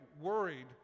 worried